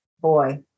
boy